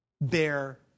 bear